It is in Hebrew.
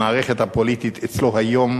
המערכת הפוליטית אצלו היום,